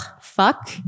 fuck